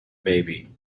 baby